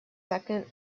second